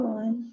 one